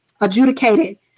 adjudicated